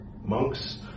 monks